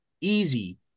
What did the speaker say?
easy